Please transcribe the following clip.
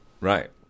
right